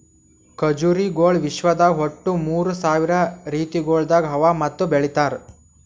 ಖಜುರಿಗೊಳ್ ವಿಶ್ವದಾಗ್ ಒಟ್ಟು ಮೂರ್ ಸಾವಿರ ರೀತಿಗೊಳ್ದಾಗ್ ಅವಾ ಮತ್ತ ಬೆಳಿತಾರ್